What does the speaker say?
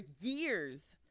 years